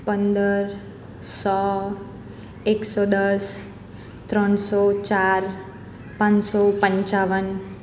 પંદર સો એકસો દસ ત્રણસો ચાર પાંચસો પંચાવન